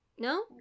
No